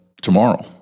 tomorrow